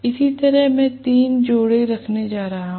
इसी तरह मैं तीन जोड़े रखने जा रहा हूं